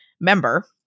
member